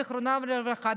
זיכרונו לברכה,